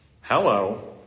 Hello